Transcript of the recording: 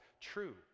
true